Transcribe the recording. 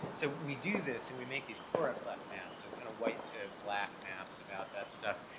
so we do this, and we make these chloraprep maps so it's kind of white to black maps about that stuff.